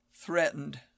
threatened